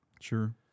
Sure